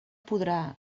podrà